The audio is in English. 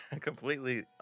completely